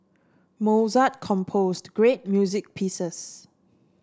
Mozart composed great music pieces